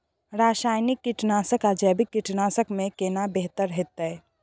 रसायनिक कीटनासक आ जैविक कीटनासक में केना बेहतर होतै?